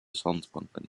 zandbanken